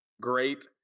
great